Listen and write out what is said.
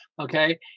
Okay